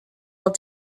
will